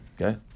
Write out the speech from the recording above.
Okay